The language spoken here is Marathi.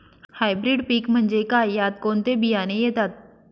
हायब्रीड पीक म्हणजे काय? यात कोणते बियाणे येतात?